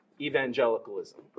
evangelicalism